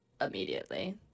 immediately